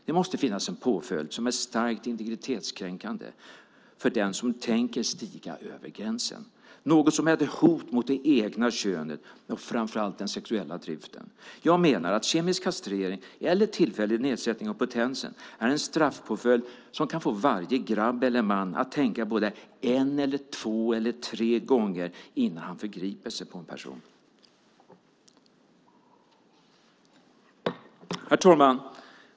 - Det måste finnas en påföljd som är starkt integritetskränkande för den som tänker stiga över gränsen. Något som är ett hot mot det egna könet och framförallt den sexuella driften. Jag menar att kemisk kastrering, eller tillfällig nedsättning av potensen, är den straffpåföljd som kan få varje grabb eller man att tänka både en eller två gånger innan han förgriper sig på en person." Herr talman!